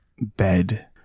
bed